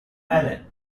allen